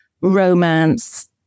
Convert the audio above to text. romance